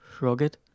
Rugged